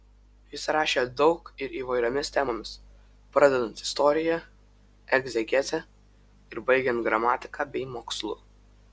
jis rašė daug ir įvairiomis temomis pradedant istorija egzegeze ir baigiant gramatika bei mokslu